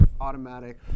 automatic